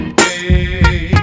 hey